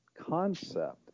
concept